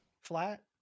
flat